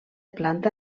planta